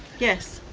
yes.